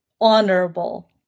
honorable